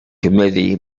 committee